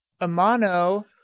Amano